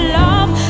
love